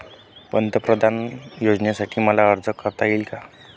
पंतप्रधान योजनेसाठी मला अर्ज करता येईल का?